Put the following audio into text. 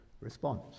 response